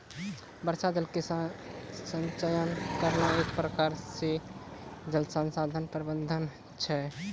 वर्षा जल के संचयन करना एक प्रकार से जल संसाधन प्रबंधन छै